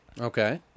Okay